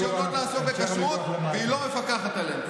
רישיונות לעסוק בכשרות, והיא לא מפקחת עליהם.